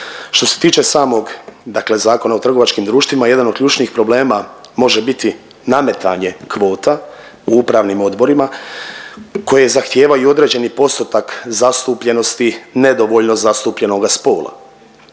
Što se tiče samog, dakle Zakona o trgovačkim društvima, jedan od ključnih problema može biti nametanje kvota u upravnim odborima koje zahtijevaju određeni postotak zastupljenosti nedovoljno zastupljenoga spola.